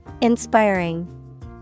Inspiring